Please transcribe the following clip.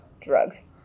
drugs